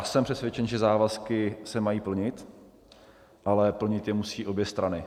Jsem přesvědčen, že závazky se mají plnit, ale plnit je musí obě strany.